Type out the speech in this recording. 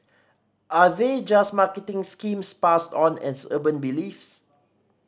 are they just marketing schemes passed on as urban beliefs